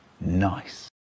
nice